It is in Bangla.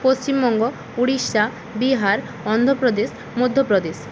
পশ্চিমবঙ্গ উড়িষ্যা বিহার অন্ধ প্রদেশ মধ্য প্রদেশ